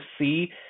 see